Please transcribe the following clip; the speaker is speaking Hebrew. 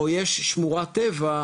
או יש שמורת טבע,